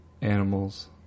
animals